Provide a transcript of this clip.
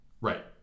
Right